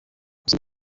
gusa